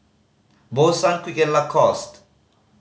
Bose Sunquick and Lacoste